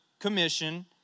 commission